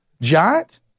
giant